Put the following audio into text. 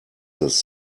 this